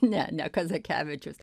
ne ne kazakevičius